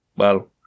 Well